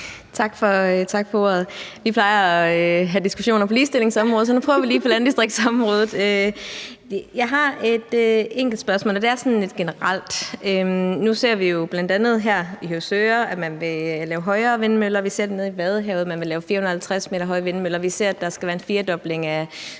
Tak for ordet. Vi plejer at have diskussioner på ligestillingsområdet, så nu prøver vi lige på landdistriktsområdet. Jeg har et enkelt spørgsmål, og det er sådan lidt generelt. Nu ser vi jo bl.a. i Høvsøre, at man vil lave højere vindmøller. Vi ser nede i Vadehavet, at man vil lave 450 m høje vindmøller. Vi ser, at der skal være en firedobling af